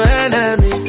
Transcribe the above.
enemy